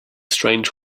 strange